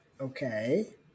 Okay